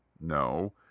no